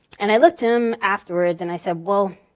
and i looked to him afterwards and i said, well,